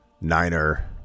niner